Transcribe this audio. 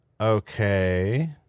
Okay